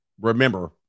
remember